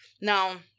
Now